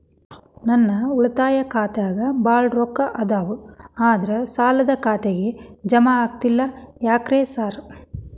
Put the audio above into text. ನನ್ ಉಳಿತಾಯ ಖಾತ್ಯಾಗ ಬಾಳ್ ರೊಕ್ಕಾ ಅದಾವ ಆದ್ರೆ ಸಾಲ್ದ ಖಾತೆಗೆ ಜಮಾ ಆಗ್ತಿಲ್ಲ ಯಾಕ್ರೇ ಸಾರ್?